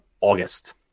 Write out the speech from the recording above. August